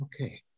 Okay